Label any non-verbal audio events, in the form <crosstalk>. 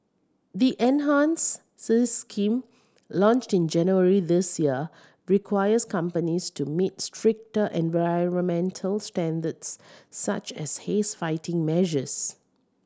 the enhanced <unintelligible> scheme launched in January this year requires companies to meet stricter environmental standards such as haze fighting measures